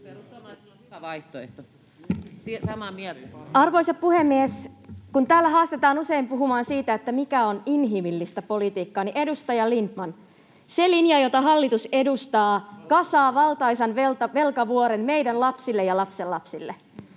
Arvoisa puhemies! Kun täällä haastetaan usein puhumaan siitä, mikä on inhimillistä politiikkaa, niin edustaja Lindtman, se linja, jota hallitus edustaa, kasaa valtaisan velkavuoren meidän lapsille ja lapsenlapsille.